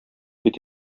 бит